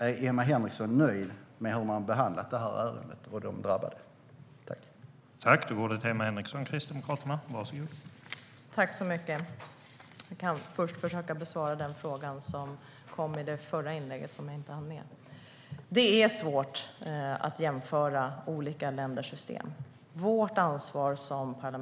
Är Emma Henriksson nöjd med hur ärendet och de drabbade har behandlats?